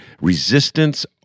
Resistance